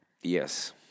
Yes